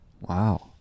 wow